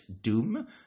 doom